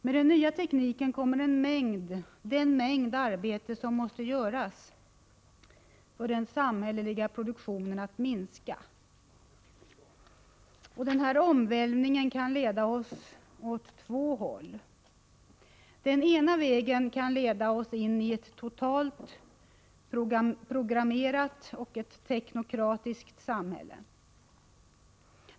Med den nya tekniken kommer den mängd arbete som måste göras för den samhälleliga produktionen att minska. Denna omvälvning kan leda åt två håll. Den ena vägen kan leda oss in i ett totalt programmerat och teknokratiskt samhälle.